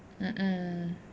um um